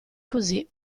così